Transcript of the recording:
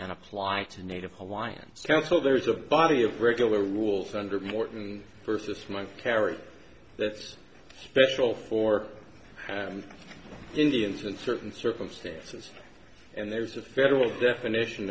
and apply to native hawaiians counsel there is a body of regular rules under morton versus mike carey that's special for indians in certain circumstances and there's a federal definition